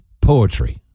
poetry